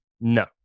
no